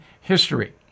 history